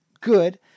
good